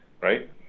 right